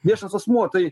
viešas asmuo tai